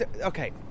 okay